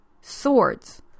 Swords